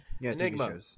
Enigma